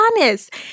honest